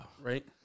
Right